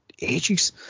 ages